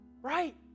right